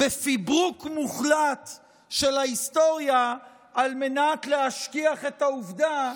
בפברוק מוחלט של ההיסטוריה כדי להשכיח את העובדה